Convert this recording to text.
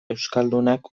euskaldunak